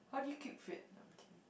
how do you keep fit no I'm kidding